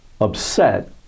upset